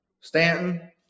Stanton